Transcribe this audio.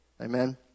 Amen